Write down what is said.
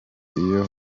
iyo